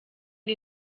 die